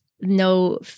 no